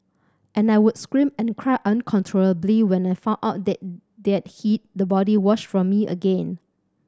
and I would scream and cry uncontrollably when I found out that they are hid the body wash from me again